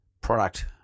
product